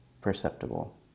perceptible